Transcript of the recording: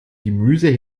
gemüse